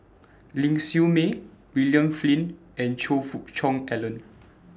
Ling Siew May William Flint and Choe Fook Cheong Alan